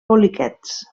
poliquets